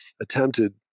attempted